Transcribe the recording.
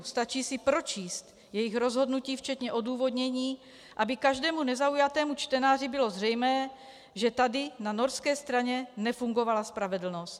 Stačí si pročíst jejich rozhodnutí včetně odůvodnění, aby každému nezaujatému čtenáři bylo zřejmé, že tady na norské straně nefungovala spravedlnost.